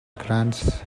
grants